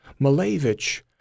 Malevich